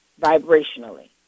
vibrationally